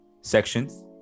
sections